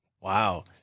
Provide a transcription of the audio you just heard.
Wow